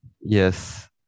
yes